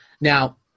Now